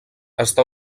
està